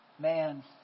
Man